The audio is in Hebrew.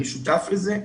אני שותף לזה.